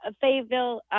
Fayetteville